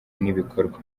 n’ibikorwa